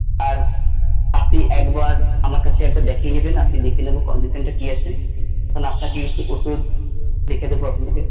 আর আপনি একবার আমার কাছে এক দেখিয়ে নেবেন আমি দেখে নেব কন্ডিশানটা কী আছে তখন আপনাকে কিছু ওষুধ লিখে দেব আপনাকে